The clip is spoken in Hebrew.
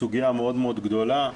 סוגיה מאוד מאוד גדולה,